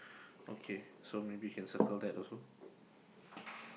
okay so maybe can circle that also